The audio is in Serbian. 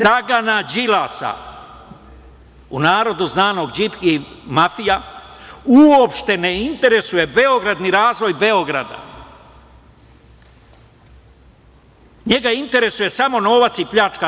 Dragana Đilasa, u narodu znanog "Điki mafija" uopšte ne interesuje Beograd ni razvoj Beograda, njega interesuje samo novac i pljačka.